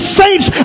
saints